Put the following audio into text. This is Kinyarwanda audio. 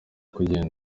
kugenda